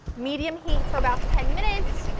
medium heat for about ten minutes,